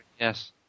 Yes